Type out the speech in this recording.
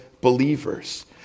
believers